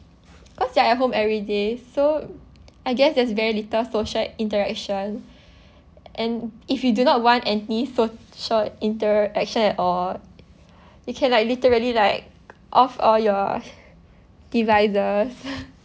cause you're at home every day so I guess there's very little social interaction and if you do not want any social interaction at all you can like literally like off all your devices